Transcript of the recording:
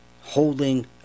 holding